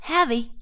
Heavy